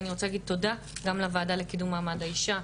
אני רוצה להגיד תודה גם לוועדה לקידום מעמד האישה.